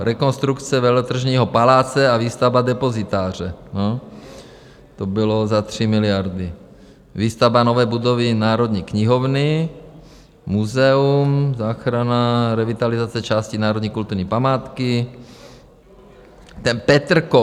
Rekonstrukce Veletržního paláce a výstavba depozitáře, to bylo za 3 miliardy, výstavba nové budovy Národní knihovny, muzeum, záchrana revitalizace části národní kulturní památky Petrkov.